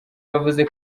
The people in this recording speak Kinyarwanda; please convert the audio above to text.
yavuze